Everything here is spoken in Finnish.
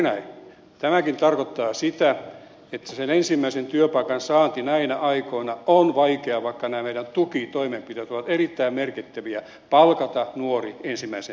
tämäkin tarkoittaa sitä että sen ensimmäisen työpaikan saanti näinä aikoina on vaikeaa vaikka nämä meidän tukitoimenpiteet ovat erittäin merkittäviä palkata nuori ensimmäiseen työpaikkaan